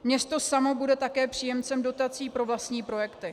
Město samo bude také příjemcem dotací pro vlastní projekty.